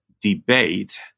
debate